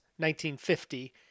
1950